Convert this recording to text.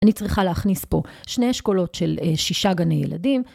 אני צריכה להכניס פה שני אשכולות של שישה גני ילדים.